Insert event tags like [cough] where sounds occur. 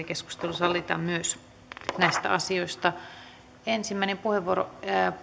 [unintelligible] keskustelu sallitaan myös näistä asioista ensimmäinen puheenvuoro